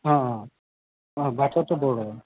অঁ অঁ বাথৌটো বড়োৰ